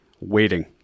waiting